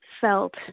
felt